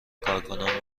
کارکنان